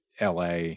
LA